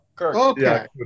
okay